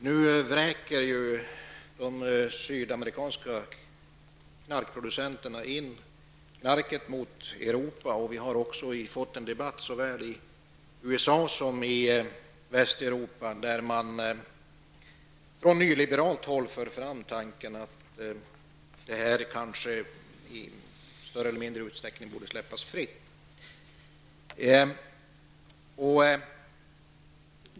Nu vräker de sydamerikanska knarkproducenterna in knarket till Europa. Och det förs, såväl i USA som i Västeuropa, en debatt där man från nyliberalt håll för fram tanken att detta i större eller mindre utsträckning borde släppas fritt.